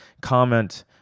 comment